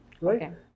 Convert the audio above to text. right